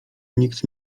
nikt